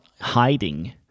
hiding